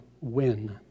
win